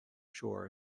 sure